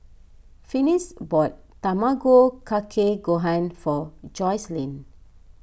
Finis bought Tamago Kake Gohan for Joycelyn